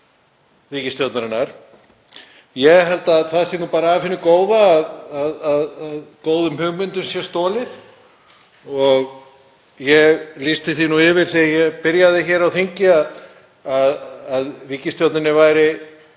ríkisstjórnarinnar. Ég held að það sé bara af hinu góða að góðum hugmyndum sé stolið og ég lýsti því yfir, þegar ég byrjaði hér á þingi, að ríkisstjórninni væri